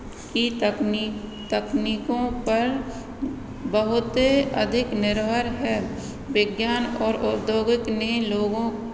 की तकनीक तकनीकों पर बहुत अधिक निर्भर है विज्ञान और औद्योगिक ने लोगों